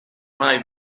mai